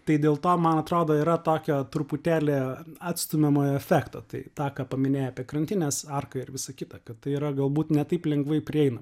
tai dėl to man atrodo yra tokio truputėlį atstumiamojo efekto tai tą ką paminėjai apie krantinės arką ir visa kita kad tai yra galbūt ne taip lengvai prieinama